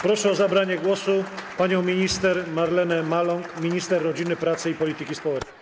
Proszę o zabranie głosu panią minister Marlenę Maląg, minister rodziny, pracy i polityki społecznej.